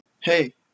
Hey